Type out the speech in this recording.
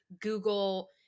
Google